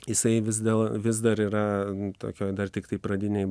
jisai vis da vis dar yra tokioj dar tiktai pradinėj